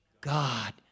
God